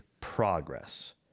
progress